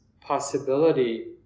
possibility